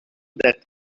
that